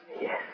Yes